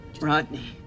Rodney